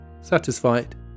Satisfied